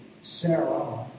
Sarah